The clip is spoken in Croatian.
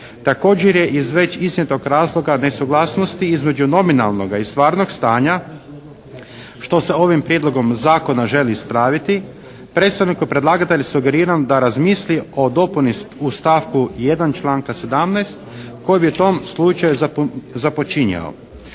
Također je iz već iznijetog razloga nesuglasnosti između nominalnoga i stvarnog stanja što se ovim prijedlogom zakona želi ispraviti predstavniku predlagatelja sugerirano da razmisli o dopuni u stavku 1. članka 17. koji bi u tom slučaju započinjao: